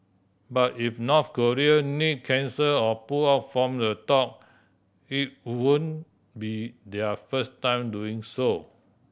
but if North Korea cancel or pull out from the talk it wouldn't be their first time doing so